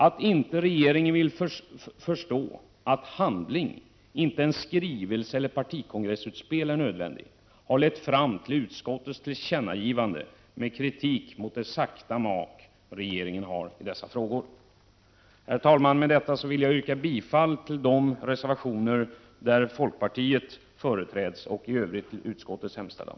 Att regeringen inte vill förstå att handlande, inte en skrivelse eller ett partikongressutspel, är vad som behövs har lett fram till ett tillkännagivande från utskottet med kritik mot regeringens sakta mak i dessa frågor. Herr talman! Med detta vill jag yrka bifall till de reservationer där folkpartiet företräds och i övrigt till utskottets hemställan.